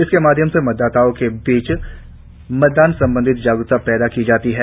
इसके माध्यम से मतदाताओं के बीच मतदान संबंधी जागरुकता पैदा की जाती है